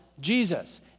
Jesus